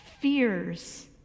fears